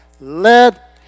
Let